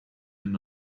and